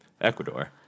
Ecuador